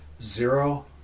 Zero